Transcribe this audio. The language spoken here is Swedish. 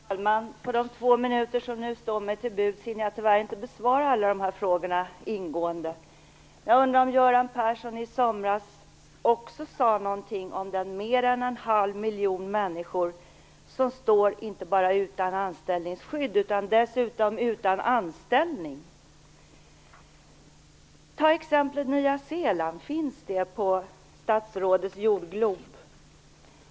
Fru talman! På de två minuter som nu står mig till buds hinner jag tyvärr inte besvara alla dessa frågor ingående. Jag undrar om Göran Persson i somras också sade någonting om de mer än en halv miljon människor som står inte bara utan anställningsskydd utan dessutom utan anställning. Jag kan ta exemplet Nya Zeeland. Finns det landet på statsrådets jordglob?